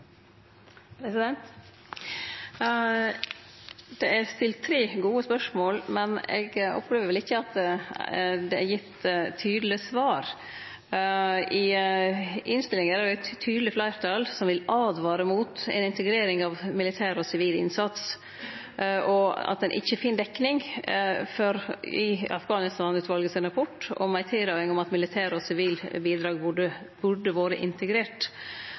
Det er stilt tre gode spørsmål, men eg opplever ikkje at det er gitt tydelege svar. I innstillinga er det eit tydeleg fleirtal som vil åtvare mot ei integrering av militær og sivil innsats, og som meiner at ein ikkje finn dekning i Afghanistan-utvalet sin rapport for ei tilråding om at militære og sivile bidrag burde vore